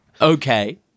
Okay